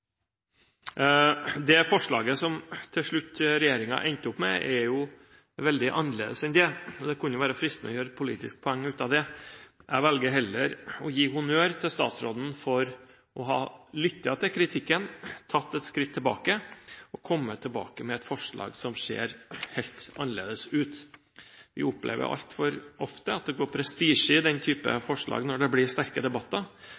Det forslaget som regjeringen til slutt endte opp med, er veldig annerledes enn det. Det kunne være fristende å gjøre et politisk poeng ut av det. Jeg velger heller å gi honnør til statsråden for å ha lyttet til kritikken, tatt et skritt tilbake og kommet tilbake med et forslag som ser helt annerledes ut. Vi opplever altfor ofte at det går prestisje i den type forslag når det blir sterke debatter.